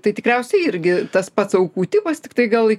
tai tikriausiai irgi tas pats aukų tipas tiktai gal į